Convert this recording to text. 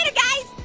and guys.